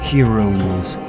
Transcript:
Heroes